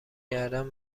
کردن